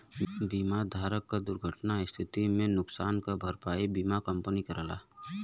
बीमा धारक क दुर्घटना क स्थिति में नुकसान क भरपाई बीमा कंपनी करला